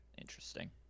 Interesting